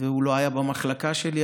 והוא לא היה במחלקה שלי,